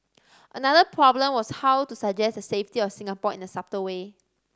another problem was how to suggest the safety of Singapore in a subtle way